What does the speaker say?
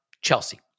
Chelsea